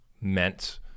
meant